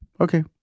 Okay